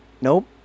Nope